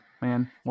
man